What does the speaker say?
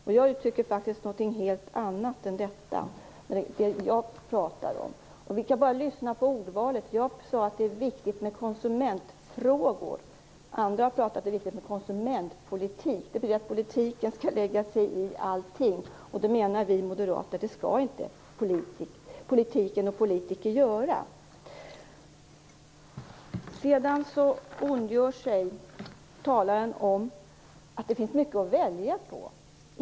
Det jag talar om är faktiskt ett uttryck för någonting helt annat än detta. Vi kan bara lyssna på ordvalet. Jag sade att det är viktigt med konsumentfrågor. Andra har talat om att det är viktigt med konsumentpolitik. Det betyder att politiken skall lägga sig i allting, vilket vi moderater menar att politiken och politikerna inte skall göra. Vidare ondgör sig talaren över att det finns mycket att välja på.